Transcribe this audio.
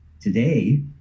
today